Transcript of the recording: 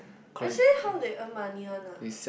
actually how they earn money one lah